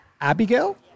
Abigail